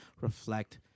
reflect